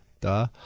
Duh